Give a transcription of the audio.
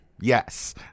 Yes